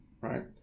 right